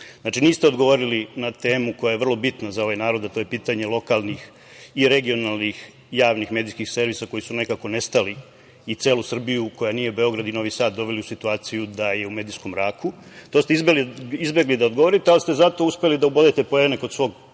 niste odgovorili na temu koja je vrlo bitna za ovaj narod, a to je pitanje lokalnih i regionalnih javnih medijskih servisa, koji su nekako nestali i celu Srbiju, koja nije Beograd i Novi Sad doveli u situaciju da je u medijskom mraku. To ste izbegli da odgovorite, ali ste zato uspeli da ubodete poene kod svog